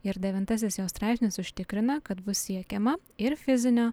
ir devintasis jos straipsnis užtikrina kad bus siekiama ir fizinio